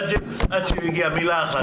עד שהוא הגיע, מילה אחת.